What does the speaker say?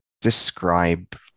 describe